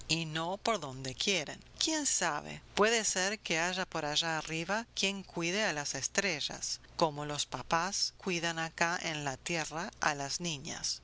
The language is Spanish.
y no por donde quieren quién sabe puede ser que haya por allá arriba quien cuide a las estrellas como los papás cuidan acá en la tierra a las niñas